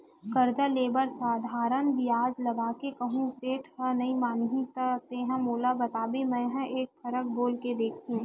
करजा ले बर साधारन बियाज लगा के कहूँ सेठ ह नइ मानही त तेंहा मोला बताबे मेंहा एक फरक बोल के देखहूं